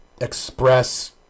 express